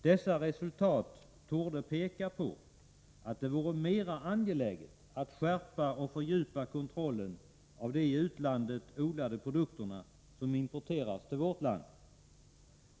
Dessa resultat torde peka på att det vore mer angeläget att skärpa och fördjupa kontrollen av de i utlandet odlade produkter som importeras till vårt land.